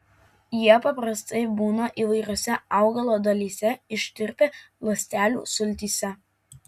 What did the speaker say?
jie paprastai būna įvairiose augalo dalyse ištirpę ląstelių sultyse